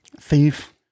thief